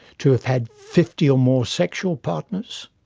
to have had fifty or more sexual partners.